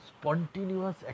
spontaneous